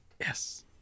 Yes